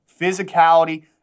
physicality